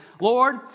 Lord